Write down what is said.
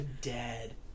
dead